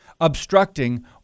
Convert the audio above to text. obstructing